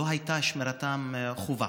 שמירתם לא הייתה חובה,